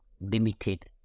limited